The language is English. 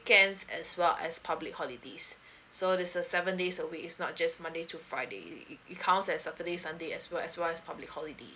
weekends as well as public holidays so that's a seven days a week is not just monday to friday we we count that saturday sunday as well as well as public holiday